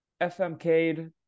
FMK'd